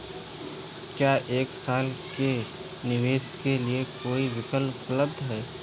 क्या एक साल के निवेश के लिए कोई विकल्प उपलब्ध है?